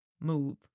Move